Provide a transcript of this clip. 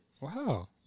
Wow